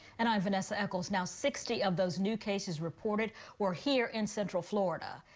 and i'm vanessa echols now sixty of those new cases reported we're here in central florida.